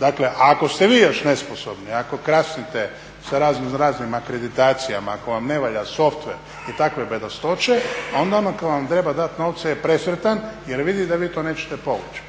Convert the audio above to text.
Dakle, ako ste vi još nesposobni, ako kasnite sa razno raznim akreditacijama, ako vam ne valja softver i takve bedastoće, onda onaj tko vam treba dati novce je presretan jer vidi da vi to nećete povući.